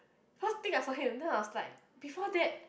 first thing I saw him then I was like before that